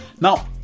Now